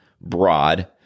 broad